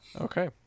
Okay